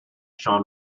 sean